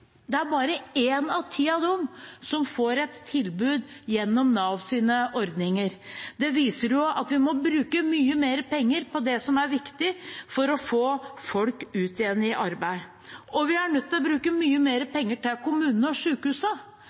viser at vi må bruke mye mer penger på det som er viktig for å få folk ut i arbeid igjen. Vi er nødt til å bruke mye mer penger på kommunene og